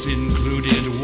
included